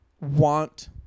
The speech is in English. want